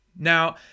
Now